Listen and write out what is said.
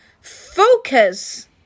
Focus